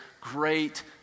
great